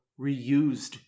reused